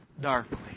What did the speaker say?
darkly